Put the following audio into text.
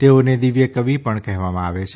તેઓને દિવ્ય કવિ પણ કહેવામાં આવે છે